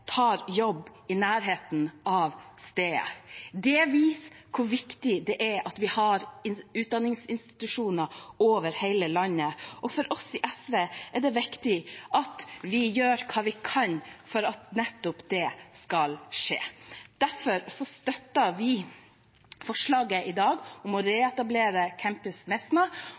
tar jobb i nærheten av stedet. Det viser hvor viktig det er at vi har utdanningsinstitusjoner over hele landet. For oss i SV er det viktig at vi gjør hva vi kan for at nettopp det skal skje. Derfor støtter vi forslaget i dag om å reetablere Campus Nesna,